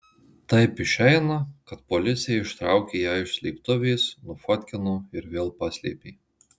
taip išeina kad policija ištraukė ją iš slėptuvės nufotkino ir vėl paslėpė